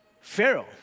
Pharaoh